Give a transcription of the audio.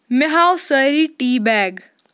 مےٚ ہاو سٲری ٹی بیگ